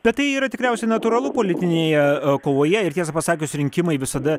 bet tai yra tikriausiai natūralu politinėje a kovoje ir tiesą pasakius rinkimai visada